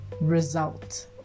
result